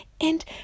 And